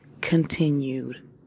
continued